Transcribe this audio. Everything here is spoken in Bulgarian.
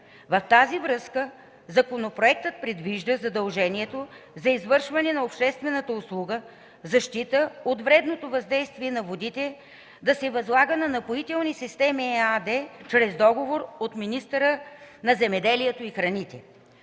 В тази връзка законопроектът предвижда задължението за извършване на обществената услуга – защита от вредното въздействие на водите, да се възлага на „Напоителни системи” ЕАД чрез договор от министъра на земеделието и храните.